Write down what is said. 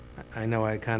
i know i